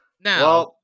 Now